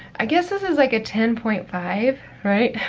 i guess this is like a ten point five, right,